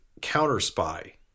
counter-spy